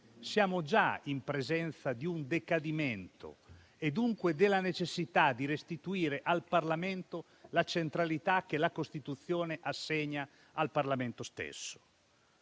Siamo già in presenza di un decadimento e dunque della necessità di restituire al Parlamento la centralità che la Costituzione assegna al Parlamento stesso.